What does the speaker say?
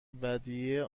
ودیعه